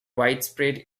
widespread